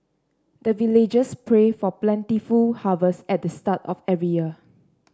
the villagers pray for plentiful harvest at the start of every year